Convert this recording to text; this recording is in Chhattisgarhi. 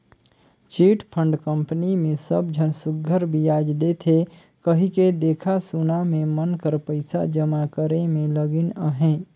चिटफंड कंपनी मे सब झन सुग्घर बियाज देथे कहिके देखा सुना में मन कर पइसा जमा करे में लगिन अहें